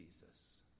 Jesus